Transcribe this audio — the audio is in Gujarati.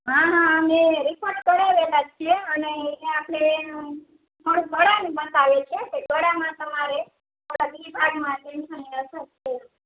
હાં હાં મેં રિપોર્ટ કઢાવેલા છે અને અહીં આપણે મારે ગળામાં બતાવવું છે કે ગળામાં તમારે